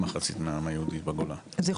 שעתיד היהדות בגולה תלוי מעכשיו בקיום ישראל,